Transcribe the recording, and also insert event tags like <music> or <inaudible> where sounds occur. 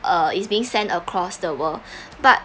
uh is being sent across the world <breath> but